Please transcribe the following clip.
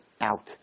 out